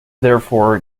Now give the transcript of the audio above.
therefore